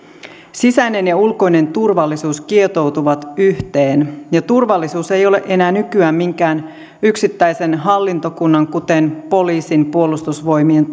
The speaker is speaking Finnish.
sisäinen ja ulkoinen turvallisuus kietoutuvat yhteen ja turvallisuus ei ole enää nykyään minkään yksittäisen hallintokunnan kuten poliisin puolustusvoimien